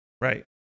Right